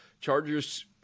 Chargers